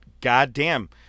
goddamn